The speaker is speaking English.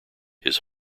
his